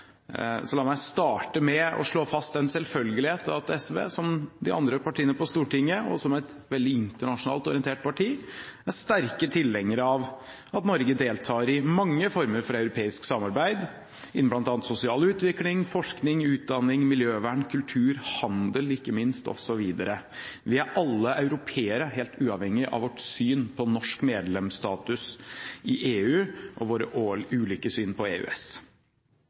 La meg starte med å slå fast en selvfølgelighet: SV, som de andre partiene på Stortinget, og som et veldig internasjonalt orientert parti, er sterke tilhengere av at Norge deltar i mange former for europeisk samarbeid, innen bl.a. sosial utvikling, forskning, utdanning, miljøvern, kultur, og ikke minst handel osv. Vi er alle europeere, helt uavhengig av vårt syn på norsk medlemsstatus i EU og våre ulike syn på EØS.